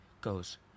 goes